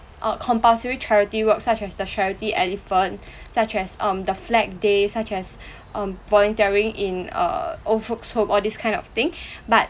uh compulsory charity work such as the charity elephant such as um the flag day such as um volunteering in uh old folks home all these kind of thing but